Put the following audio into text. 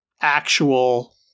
actual